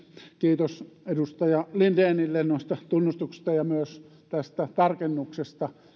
kiitos edustaja lindenille noista tunnustuksista ja myös tästä tarkennuksesta